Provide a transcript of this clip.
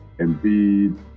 Embiid